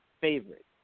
favorite